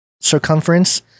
circumference